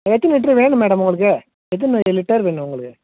எத்தனி லிட்ரு வேணும் மேடம் உங்களுக்கு எத்தனி லிட்டர் வேணும் உங்களுக்கு